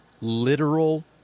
literal